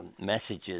messages